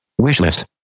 Wishlist